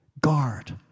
Guard